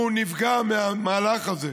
והוא נפגע מהמהלך הזה.